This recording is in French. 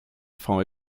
font